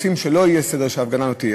רוצים שלא יהיה סדר, שההפגנה לא תהיה.